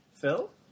Phil